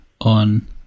on